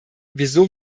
wieso